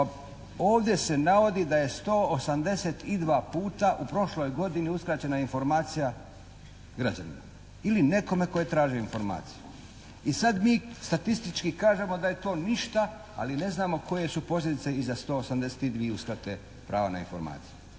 ovdje se navodi da je 182 puta u prošloj godini uskraćena informacija građanima ili nekome tko je tražio informaciju i sada mi statistički kažemo da je to ništa, ali neznamo koje su posljedice iza 182 uskrate prava na informaciju.